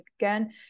again